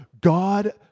God